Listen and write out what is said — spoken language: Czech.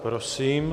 Prosím.